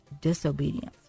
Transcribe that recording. disobedience